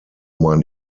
man